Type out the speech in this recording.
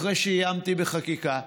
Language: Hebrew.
אחרי שאיימתי בחקיקה,